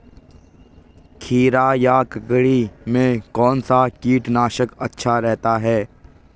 खीरा या ककड़ी में कौन सा कीटनाशक अच्छा रहता है?